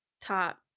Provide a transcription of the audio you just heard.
top